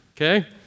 okay